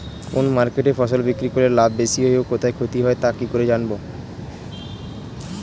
কোন মার্কেটে ফসল বিক্রি করলে লাভ বেশি হয় ও কোথায় ক্ষতি হয় তা কি করে জানবো?